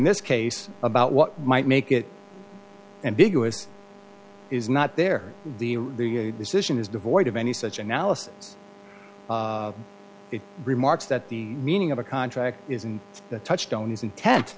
this case about what might make it and bigger is not there the decision is devoid of any such analysis it remarks that the meaning of a contract isn't the touchstones inten